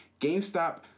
GameStop